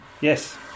Yes